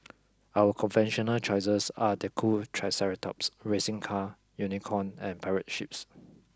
other conventional choices are the cool triceratops racing car unicorn and pirate ships